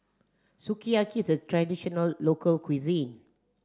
sukiyaki is the traditional local cuisine